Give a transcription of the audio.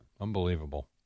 Unbelievable